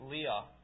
Leah